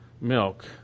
milk